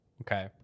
okay